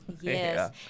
yes